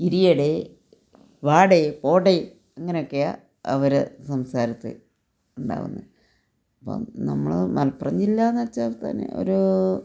ഇരിയടെ വാടേ പോടെ അങ്ങനൊക്കെയാണ് അവരെ സംസാരത്തിൽ ഉണ്ടാവുന്നത് അപ്പം നമ്മൾ മലപ്പുറം ജില്ല എന്ന് വച്ചാൽ തന്നെ ഒരു